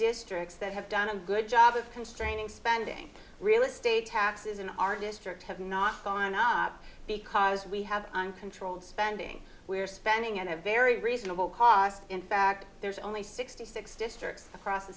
districts that have done a good job of constraining spending real estate taxes in our district have not gone up because we have uncontrolled spending we're spending in a very reasonable cost in fact there's only sixty six districts across the